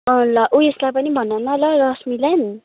ल उएसलाई पनि भन न ल रश्मीलाई पनि